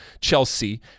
Chelsea